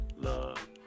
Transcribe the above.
love